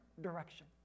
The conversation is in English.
direction